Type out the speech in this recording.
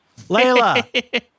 Layla